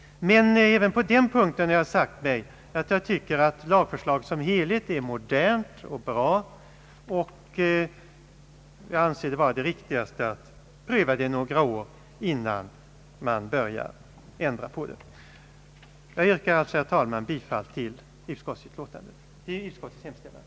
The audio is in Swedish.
Men även på den punkten har jag sagt mig att lagförslaget som helhet förefaller modernt och bra. Därför anser jag det riktigast att pröva bestämmelserna några år innan man börjar ändra på dem. Jag yrkar alltså, herr talman, bifall till utskottets hemställan.